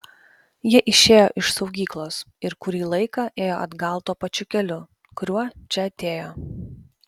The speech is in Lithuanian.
jie išėjo iš saugyklos ir kurį laiką ėjo atgal tuo pačiu keliu kuriuo čia atėjo